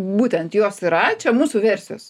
būtent jos yra čia mūsų versijos